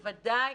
בוודאי,